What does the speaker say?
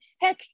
Heck